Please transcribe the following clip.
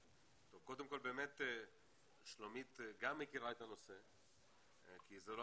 קודם כל באמת שלומית גם מכירה את הנושא כי זה לא